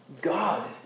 God